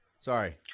Sorry